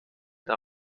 der